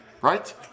Right